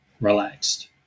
relaxed